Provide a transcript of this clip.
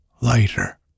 lighter